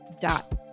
dot